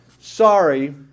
Sorry